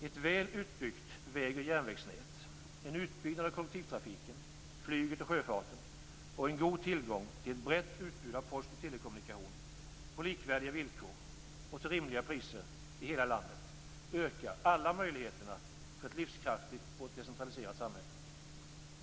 Ett väl utbyggt väg och järnvägsnät, en utbyggnad av kollektivtrafiken, av flyget och av sjöfarten samt en god tillgång till ett brett utbud av post och telekommunikationer på likvärdiga villkor och till rimliga priser i hela landet ökar möjligheterna för ett livskraftigt och decentraliserat samhälle.